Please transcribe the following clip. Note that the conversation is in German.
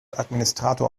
administrator